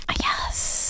Yes